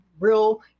real